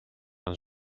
een